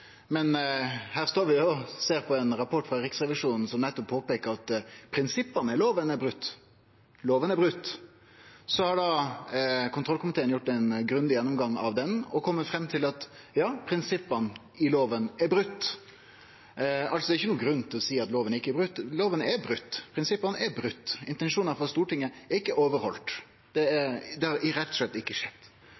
prinsippa i loven er brotne. Loven er broten. Så har kontrollkomiteen gjort ein grundig gjennomgang av rapporten og kome fram til at prinsippa i loven er brotne. Det er altså ikkje nokon grunn til å seie at loven ikkje er broten, for loven er broten, prinsippa er brotne. Intensjonane frå Stortinget er ikkje følgde. Det